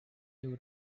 two